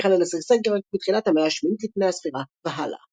שהחלה לשגשג רק מתחילת המאה ה-8 לפנה"ס והלאה.